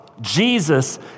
Jesus